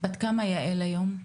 בת כמה יעל היום?